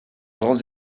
grands